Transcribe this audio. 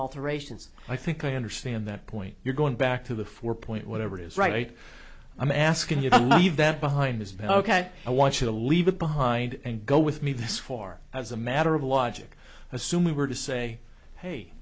alterations i think i understand that point you're going back to the four point whatever it is right i'm asking you to leave that behind his back ok i want you to leave it behind and go with me this for as a matter of logic assume we were to say hey